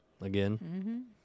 Again